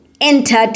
entered